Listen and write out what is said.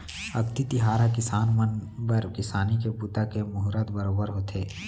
अक्ती तिहार ह किसान मन बर किसानी के बूता के मुहरत बरोबर होथे